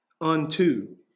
unto